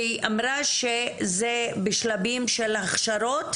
והיא אמרה שזה בשלבים של הכשרות,